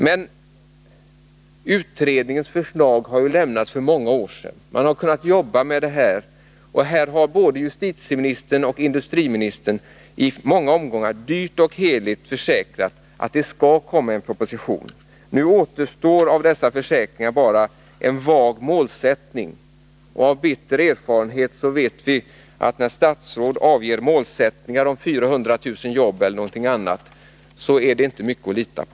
Men utredningens förslag har ju Om utländska avlämnats för många år sedan. Man har haft tid att jobba med frågan. Här har både justitieministern och industriministern i många omgångar dyrt och heligt försäkrat att det skall komma en proposition. Av dessa försäkringar återstår nu bara en vag målsättning. Av bitter erfarenhet vet vi att statsråds målsättningar — om 400 000 jobb eller någonting annat —inte är mycket att lita på.